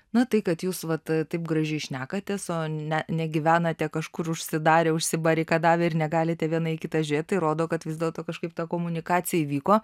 na tai kad jūs vat taip gražiai šnekatės o nenegyvenate kažkur užsidarę užsibarikadavę ir negalite viena į kitą žiūrėt tai rodo kad vis dėlto kažkaip ta komunikacija įvyko